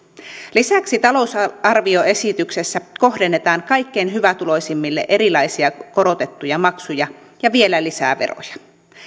lisäksi talousarvioesityksessä kohdennetaan kaikkein hyvätuloisimmille erilaisia korotettuja maksuja ja vielä lisää veroja